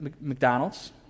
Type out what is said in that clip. McDonald's